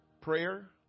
prayer